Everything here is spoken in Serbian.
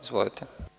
Izvolite.